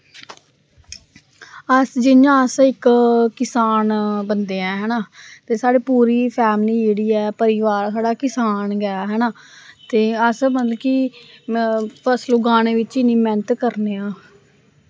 अस जि'यां अस इक कसान बंदे ऐ है ना ते साढ़ी पूरी फैमली जेह्ड़ी ऐ परोआर साढ़ा कसान गै है ना ते अस मतलब कि फसल उगाने बिच्च इन्नी मैंह्नत करने आं